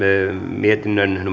mietinnön